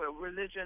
religion